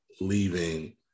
leaving